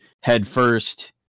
headfirst